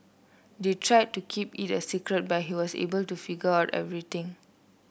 they tried to keep it a secret but he was able to figure out everything out